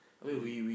he